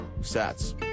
Sets